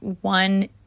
one